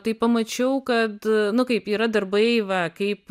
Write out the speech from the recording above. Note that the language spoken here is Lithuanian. tai pamačiau kad nu kaip yra darbai va kaip